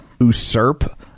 usurp